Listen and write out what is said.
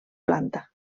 planta